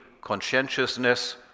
conscientiousness